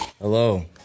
Hello